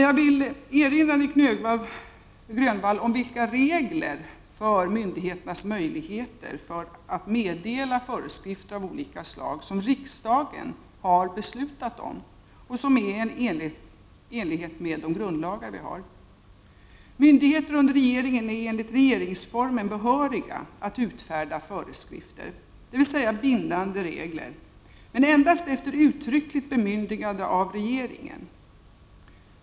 Jag vill erinra Nic Grönvall om vilka regler för myndigheternas möjligheter att meddela föreskrifter av olika slag som riksdagen har beslutat om och som är i enlighet med de grundlagar vi har: Myndigheter under regeringen är enligt regeringsformen behöriga att utfärda föreskrifter, dvs. bindande regler, men endast efter uttryckligt bemyn digande av regeringen.